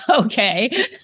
Okay